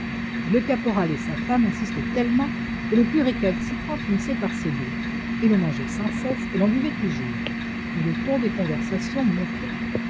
le caporal et sa femme insistaient tellement que les plus récalcitrants finissaient par céder et l'on mangeait sans cesse et l'on buvait toujours et le ton des conversations montait